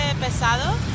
pesado